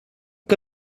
que